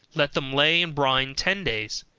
let them lay in brine ten days,